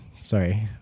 Sorry